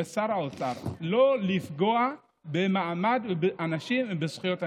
לשר האוצר, לא לפגוע במעמד הנשים ובזכויות הנשים.